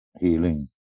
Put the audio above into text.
healing